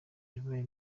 yabaye